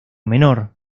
menor